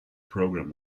program